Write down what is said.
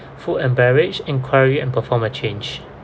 food and beverage enquiry and perform a change